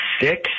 six